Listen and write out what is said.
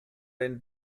den